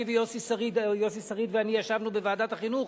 יוסי שריד ואני ישבנו בוועדת החינוך,